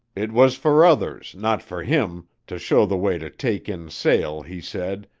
it was for others, not for him, to show the way to take in sail, he said,